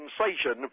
sensation